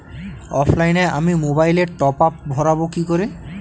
অফলাইনে আমি মোবাইলে টপআপ ভরাবো কি করে?